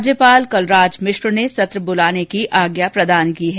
राज्यपाल कलराज मिश्र ने सत्र बुलाने की आज्ञा प्रदान की है